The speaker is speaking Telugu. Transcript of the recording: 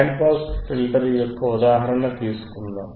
బ్యాండ్ పాస్ ఫిల్టర్ యొక్క ఉదాహరణ తీసుకుందాం